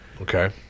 Okay